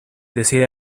decide